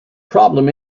problem